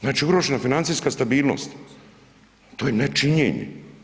Znači ugrožena financijska stabilnost, to je nečinjenje.